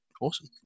Awesome